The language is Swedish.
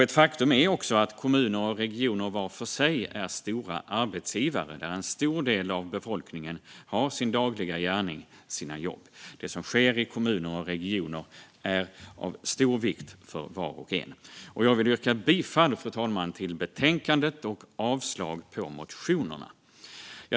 Ett faktum är också att kommuner och regioner var för sig är stora arbetsgivare, där en stor del av befolkningen har sin dagliga gärning och sina jobb. Det som sker i kommuner och regioner är av stor vikt för var och en. Fru talman! Jag vill yrka bifall till förslaget i betänkandet och avslag på motionerna.